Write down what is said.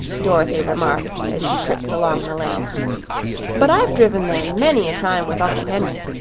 dorothy remarked as she tripped along the lane but i've driven there many a time with uncle henry,